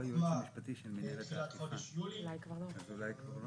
הוקמה בחודש יולי כגוף